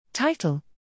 Title